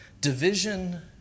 Division